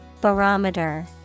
Barometer